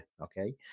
okay